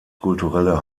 kulturelle